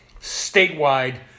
statewide